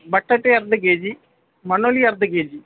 ಬಟಾಟೆ ಅರ್ಧ K G ಅರ್ಧ ಕೆ ಜಿ